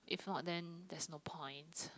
if not then there's no point